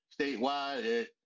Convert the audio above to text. statewide